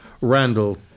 Randall